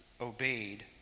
obeyed